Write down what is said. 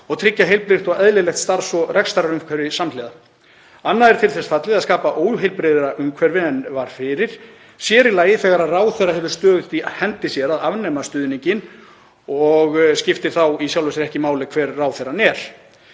og tryggja heilbrigt og eðlilegt starfs- og rekstrarumhverfi. Annað er til þess fallið að skapa óheilbrigðara umhverfi en var fyrir, sér í lagi þegar ráðherra hefur stöðugt í hendi sér að afnema stuðninginn og skiptir þá í sjálfu sér ekki máli hver ráðherrann er.